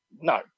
no